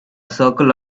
circle